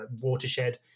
watershed